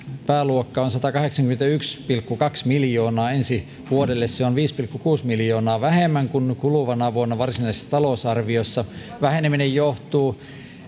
pääluokka on satakahdeksankymmentäyksi pilkku kaksi miljoonaa ensi vuodelle se on viisi pilkku kuusi miljoonaa vähemmän kuin kuluvana vuonna varsinaisessa talousarviossa ja väheneminen johtuu